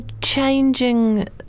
changing